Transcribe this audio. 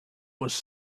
was